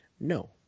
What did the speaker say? no